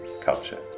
culture